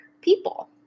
people